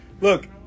Look